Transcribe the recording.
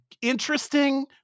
interesting